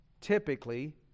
Typically